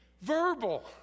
verbal